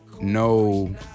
no